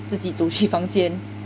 自己走去房间